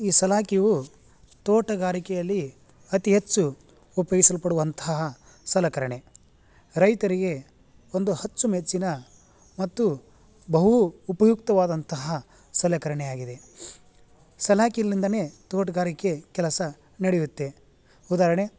ಈ ಸಲಾಕೆಯು ತೋಟಗಾರಿಕೆಯಲ್ಲಿ ಅತಿ ಹೆಚ್ಚು ಉಪಯೋಗಿಸಲ್ಪುಡವಂತಹ ಸಲಕರಣೆ ರೈತರಿಗೆ ಒಂದು ಅಚ್ಚುಮೆಚ್ಚಿನ ಮತ್ತು ಬಹು ಉಪಯುಕ್ತವಾದಂತಹ ಸಲೆಕರಣೆ ಆಗಿದೆ ಸಲಾಕೆಯಿಂದನೆ ತೋಟಗಾರಿಕೆ ಕೆಲಸ ನಡೆಯುತ್ತೆ ಉದಾಹರ್ಣೆ